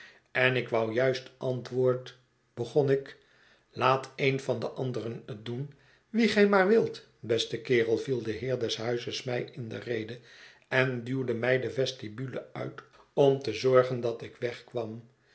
en ik wou juist antwoord begon ik laat een van de anderen het doen wie gij maar wilt beste kerel viel de heer des huizes mij in de rede en duwde mij de vestibule uit om te zorgen dat ik weg